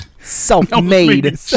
self-made